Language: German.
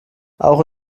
auch